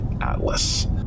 Atlas